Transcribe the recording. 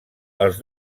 els